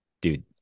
dude